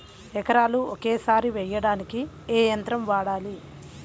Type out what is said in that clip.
ఎకరాలు ఒకేసారి వేయడానికి ఏ యంత్రం వాడాలి?